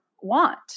want